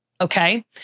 okay